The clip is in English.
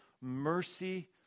mercy